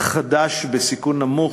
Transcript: חדש בסיכון נמוך,